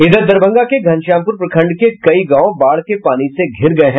इधर दरभंगा के घनश्यामपुर प्रखंड के कई गांव बाढ़ के पानी से घीरे हुये हैं